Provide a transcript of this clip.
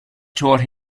taught